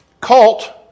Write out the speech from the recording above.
cult